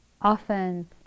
Often